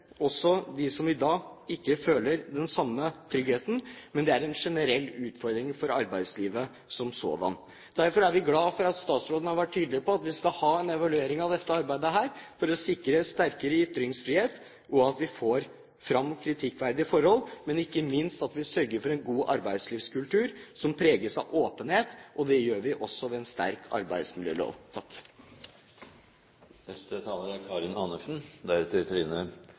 også dem som i dag ikke føler den samme tryggheten, men det er en generell utfordring for arbeidslivet som sådan. Derfor er vi glad for at statsråden har vært tydelig på at vi skal ha en evaluering av dette arbeidet for å sikre sterkere ytringsfrihet og at vi får fram kritikkverdige forhold, men ikke minst at vi sørger for en god arbeidslivskultur som preges av åpenhet. Det gjør vi også ved en sterk arbeidsmiljølov.